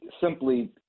simply